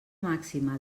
màxima